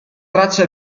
traccia